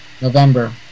November